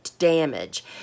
damage